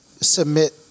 submit